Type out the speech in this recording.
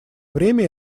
время